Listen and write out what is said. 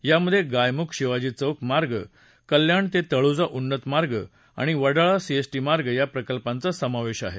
यामध्ये गायमुख शिवाजी चौक मार्ग कल्याण ते तळोजा उन्नत मार्ग आणि वडाळा सीएसटी मार्ग या प्रकल्पांचा समावेश आहे